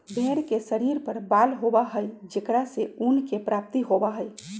भेंड़ के शरीर पर बाल होबा हई जेकरा से ऊन के प्राप्ति होबा हई